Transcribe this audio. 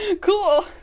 cool